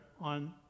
on